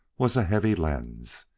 was a heavy lens.